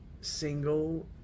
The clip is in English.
Single